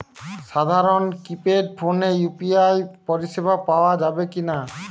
সাধারণ কিপেড ফোনে ইউ.পি.আই পরিসেবা পাওয়া যাবে কিনা?